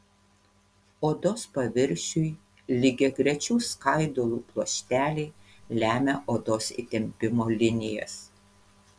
odos paviršiui lygiagrečių skaidulų pluošteliai lemia odos įtempimo linijas